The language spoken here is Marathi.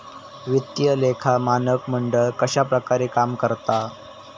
वित्तीय लेखा मानक मंडळ कश्या प्रकारे काम करता?